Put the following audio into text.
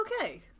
okay